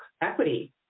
equity